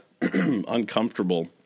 uncomfortable